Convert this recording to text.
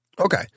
Okay